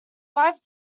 five